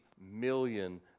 million